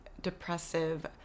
depressive